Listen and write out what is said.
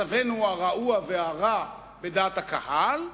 מצבנו הרעוע והרע בדעת הקהל,